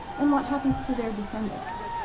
and what happens to their descendants.